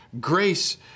Grace